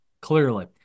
Clearly